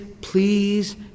please